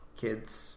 kids